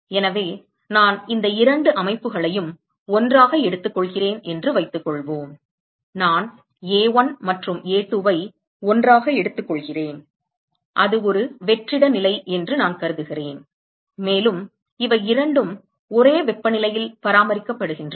எனவே நான் இந்த இரண்டு அமைப்புகளையும் ஒன்றாக எடுத்துக்கொள்கிறேன் என்று வைத்துக்கொள்வோம் நான் A1 மற்றும் A2 ஐ ஒன்றாக எடுத்துக்கொள்கிறேன் அது ஒரு வெற்றிட நிலை என்று நான் கருதுகிறேன் மேலும் இவை இரண்டும் ஒரே வெப்பநிலையில் பராமரிக்கப்படுகின்றன